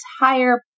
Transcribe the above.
entire